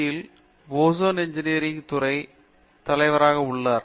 ல் ஓசான் இன்ஜினியரில் துறை துறைத் தலைவராக உள்ளார்